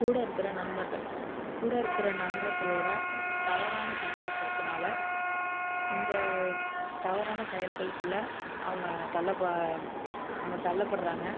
கூட இருக்கின்ற நண்பர்கள் கூட இருக்கின்ற நண்பர்களோடய தவறான சவகாசத்தினால் இந்த தவறான செயல்களுக்குள்ள அவங்க தள்ள அவங்க தள்ளப்படுகிறாங்கள்